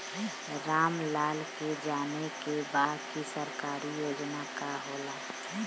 राम लाल के जाने के बा की सरकारी योजना का होला?